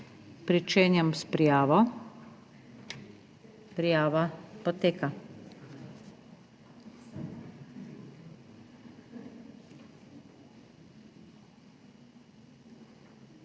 Pričenjam s prijavo. Prijava poteka.